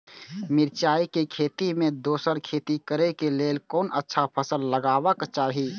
मिरचाई के खेती मे दोसर खेती करे क लेल कोन अच्छा फसल लगवाक चाहिँ?